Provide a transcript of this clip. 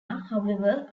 however